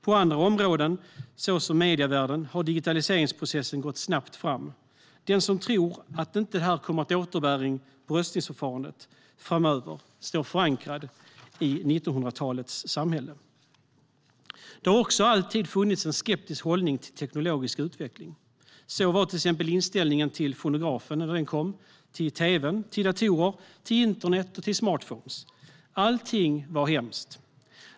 På andra områden, såsom medievärlden, har digitaliseringsprocessen gått snabbt fram. Den som tror att detta inte kommer att ha bäring på röstningsförfarandet framöver står förankrad i 1900-talets samhälle. Det har också alltid funnits en skeptisk hållning till teknologisk utveckling. Så var inställningen till exempelvis fonografen, när den kom, till tv, datorer, internet och smartphones - allt var hemskt.